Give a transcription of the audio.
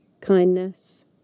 kindness